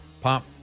pop